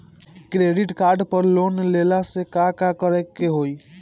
Credit card पर loan लेला से का का करे क होइ?